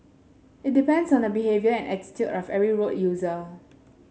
it depends on the behaviour and attitude of every road user